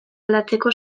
aldatzeko